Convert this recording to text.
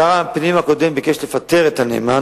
שר הפנים ביקש לפטר את הנאמן,